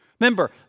Remember